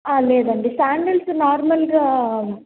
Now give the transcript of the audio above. లేదండి శాండల్స్ నార్మల్గా